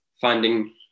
finding